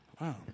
Wow